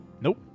Nope